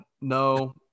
no